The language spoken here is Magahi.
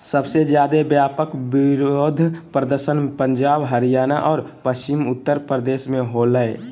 सबसे ज्यादे व्यापक विरोध प्रदर्शन पंजाब, हरियाणा और पश्चिमी उत्तर प्रदेश में होलय